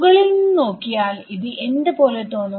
മുകളിൽ നിന്ന് നോക്കിയാൽ ഇത് എന്ത് പോലെ തോന്നും